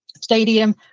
stadium